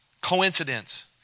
coincidence